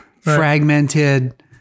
fragmented